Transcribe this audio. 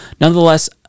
Nonetheless